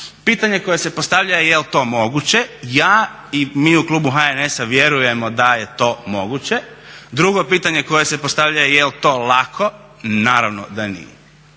Pitanje koje se postavlja je jel' to moguće? Ja, i mi u klubu HNS-a, vjerujemo da je to moguće. Drugo pitanje koje se postavlja je jel' to lako? Naravno da nije.